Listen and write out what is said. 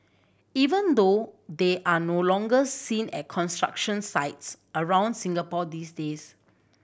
even though they are no longer seen at construction sites around Singapore these days